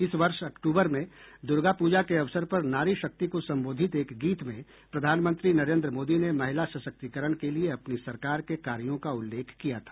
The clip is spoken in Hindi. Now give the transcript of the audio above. इस वर्ष अक्तूबर में दुर्गापूजा के अवसर पर नारी शक्ति को संबोधित एक गीत में प्रधानमंत्री नरेन्द्र मोदी ने महिला सशक्तिकरण के लिए अपनी सरकार के कार्यों का उल्लेख किया था